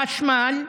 חשמל,